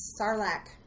Sarlacc